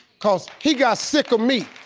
cause he got sick of me,